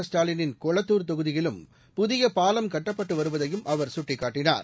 ஸ்டாலினின் கொளத்தூர் தொகுதியிலும் புதிய பாலம் கட்டப்பட்டு வருவதையும் அவர் சுட்டிக்காட்டினார்